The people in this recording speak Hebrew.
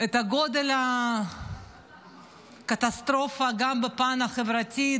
את גודל הקטסטרופה גם בפן החברתי,